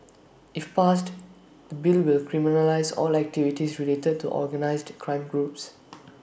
if passed the bill will criminalise all activities related to organised crime groups